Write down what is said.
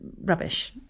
rubbish